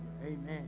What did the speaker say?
Amen